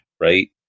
right